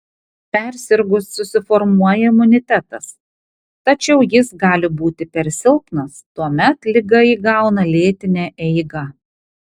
persirgus susiformuoja imunitetas tačiau jis gali būti per silpnas tuomet liga įgauna lėtinę eigą